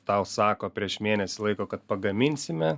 tau sako prieš mėnesį laiko kad pagaminsime